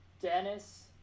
Dennis